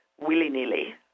willy-nilly